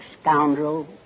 scoundrel